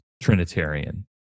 Trinitarian